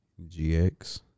gx